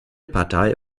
partei